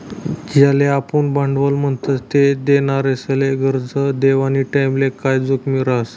ज्याले आपुन भांडवल म्हणतस ते देनारासले करजं देवानी टाईमले काय जोखीम रहास